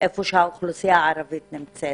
איפה שהאוכלוסייה הערבית נמצאת.